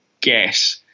guess